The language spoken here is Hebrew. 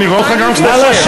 מוצע בזאת להעלות את אחוז